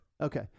okay